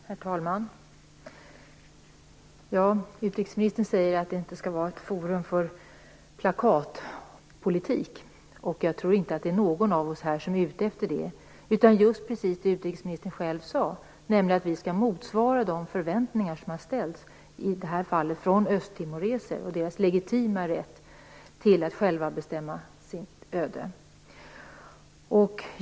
Herr talman! Utrikesministern säger att säkerhetsrådet inte skall vara ett forum för plakatpolitik. Jag tror inte att någon av oss här är ute efter det. Vi skall motsvara de förväntningar som har ställts i detta fall från östtimoreser när det gäller deras legitima rätt att själva bestämma sitt öde, precis som utrikesministern själv sade.